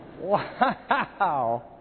Wow